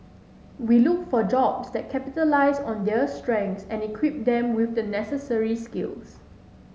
we look for jobs that capitalise on their strengths and equip them with the necessary skills